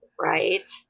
Right